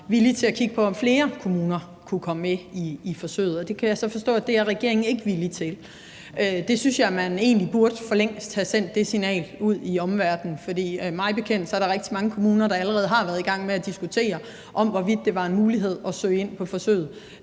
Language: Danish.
villig til at kigge på, om flere kommuner kunne komme med i forsøget. Og det kan jeg så forstå at regeringen ikke er villig til. Der synes jeg egentlig, at man for længst burde have sendt det signal ud til omverdenen, for mig bekendt er der rigtig mange kommuner, der allerede har været i gang med at diskutere, hvorvidt det var en mulighed at søge ind på forsøget.